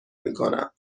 میکنم